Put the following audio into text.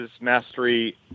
mastery